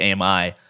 AMI